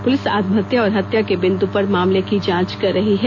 police आत्महत्या और हत्या के बिंदु पर मामले की जांच कर रही है